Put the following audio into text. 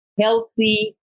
healthy